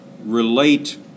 relate